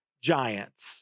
giants